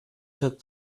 took